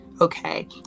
okay